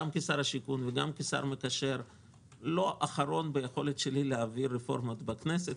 הבינוי והשיכון וגם כשר מקשר לא אחרון ביכולת שלי להעביר רפורמות בכנסת,